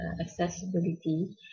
accessibility